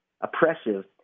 oppressive